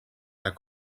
are